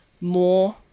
more